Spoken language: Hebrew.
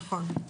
נכון.